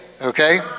okay